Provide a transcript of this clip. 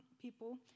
people